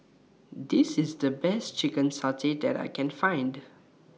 This IS The Best Chicken Satay that I Can Find